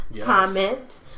comment